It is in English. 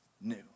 new